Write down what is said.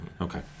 Okay